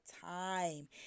time